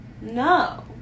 No